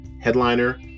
headliner